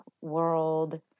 world